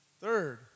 Third